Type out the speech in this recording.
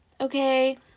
okay